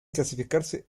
clasificarse